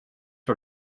for